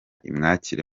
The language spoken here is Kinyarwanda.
imwakire